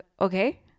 okay